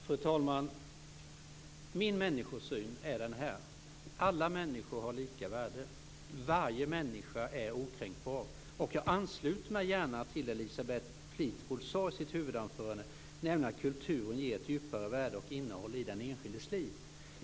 Fru talman! Min människosyn är följande: Alla människor har lika värde. Varje människa är okränkbar. Och jag ansluter mig gärna till det som Elisabeth Fleetwood sade i sitt huvudanförande, nämligen att kulturen ger ett djupare värde och innehåll i den enskildes liv.